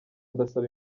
ndasaba